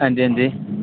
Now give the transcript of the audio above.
हां जी हां जी